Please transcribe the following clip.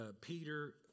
Peter